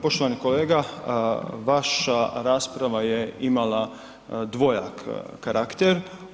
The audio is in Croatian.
Poštovani kolega, vaša rasprava je imala dvojak karakter.